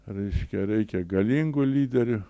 reiškia reikia galingų lyderių